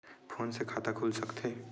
Phone से खाता खुल सकथे?